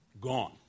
Gone